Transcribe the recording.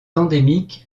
endémique